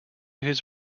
his